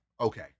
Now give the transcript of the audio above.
okay